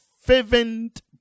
fervent